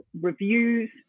reviews